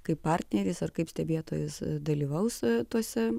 kaip partneris ar kaip stebėtojas dalyvaus tose